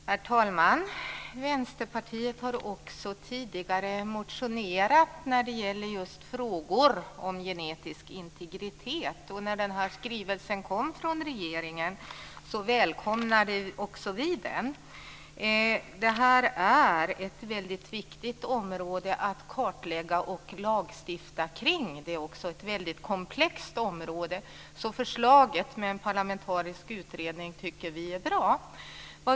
Herr talman! Vänsterpartiet har också tidigare motionerat när det gäller just frågor om genetisk integritet. När den här skrivelsen kom från regeringen välkomnade också vi den. Det är väldigt viktigt att kartlägga och lagstifta kring det här området. Det är också ett komplext område. Därför tycker vi att förslaget om en parlamentarisk utredning är bra.